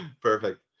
perfect